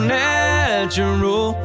natural